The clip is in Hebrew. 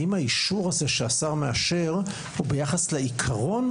האם האישור הזה שהשר מאשר הוא ביחס לעקרון?